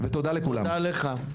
תודה לך.